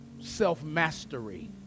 self-mastery